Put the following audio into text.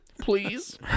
please